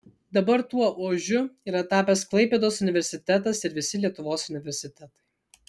dabar tuo ožiu yra tapęs klaipėdos universitetas ir visi lietuvos universitetai